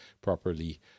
properly